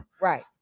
Right